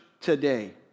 today